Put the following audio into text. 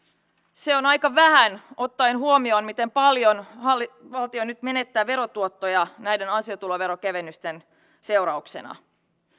se on aika vähän ottaen huomioon miten paljon valtio nyt menettää verotuottoja näiden ansiotuloveron kevennysten seurauksena